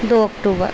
दो अक्टूबर